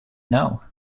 know